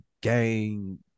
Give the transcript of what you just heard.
gang